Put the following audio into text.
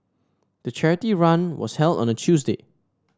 the charity run was held on a Tuesday